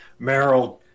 Meryl